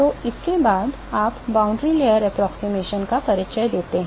तो इसके बाद आप boundary layer approximation का परिचय देते हैं